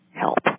help